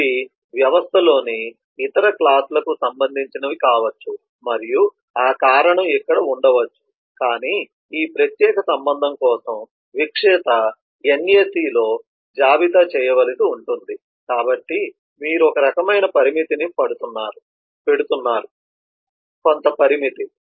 అవి వ్యవస్థలోని ఇతర క్లాస్ లకు సంబంధించినవి కావచ్చు మరియు ఆ కారణం అక్కడ ఉండవచ్చు కానీ ఈ ప్రత్యేక సంబంధం కోసం విక్రేత NAC లో జాబితా చేయవలసి ఉంటుంది కాబట్టి మీరు ఒకరకమైన పరిమితిని పెడుతున్నారు కొంత పరిమితి